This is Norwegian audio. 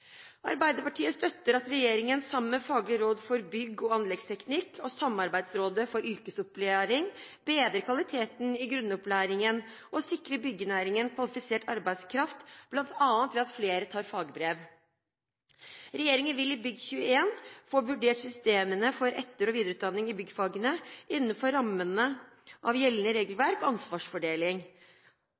og anleggsteknikk, og Samarbeidsrådet for yrkesopplæring bedrer kvaliteten i grunnopplæringen og sikrer byggenæringen kvalifisert arbeidskraft, bl.a. ved at flere tar fagbrev. Regjeringen vil i Bygg21 få vurdert systemene for etter- og videreutdanning i byggfagene innenfor rammene av gjeldende regelverk og ansvarsfordeling.